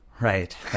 Right